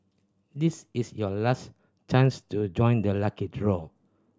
this is your last chance to join the lucky draw